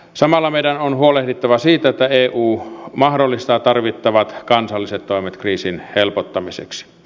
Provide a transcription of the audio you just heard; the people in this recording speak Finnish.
samalla meidän on huolehdittava siitä että eu mahdollistaa tarvittavat kansalliset toimet kriisin helpottamiseksi